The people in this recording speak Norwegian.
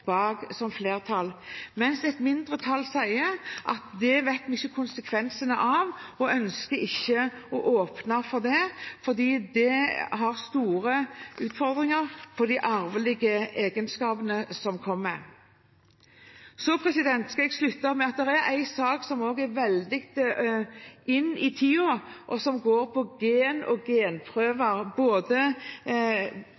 bak, mens et mindretall sier at det vet vi ikke konsekvensene av, og ønsker ikke å åpne for det fordi det er store utfordringer med tanke på de arvelige egenskapene som kommer. Jeg skal avslutte med at det er en sak som også er veldig in, i tiden, og som går på gen og